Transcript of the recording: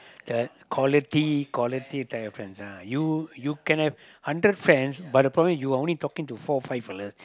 the quality quality type of friends ah you you can have hundred friends but the problem you are only talking four five or less